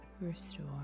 restore